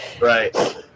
Right